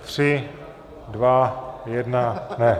Tři, dva, jedna... ne.